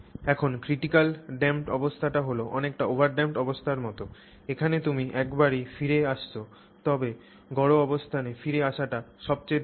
এখন critically damped অবস্থাটি হল অনেকটা ওভারড্যাম্পড অবস্থার মতো যেখানে তুমি একবারই ফিরে আসছ তবে গড় অবস্থানে ফিরে আসাটা সবচেয়ে দ্রুত